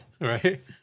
Right